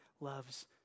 loves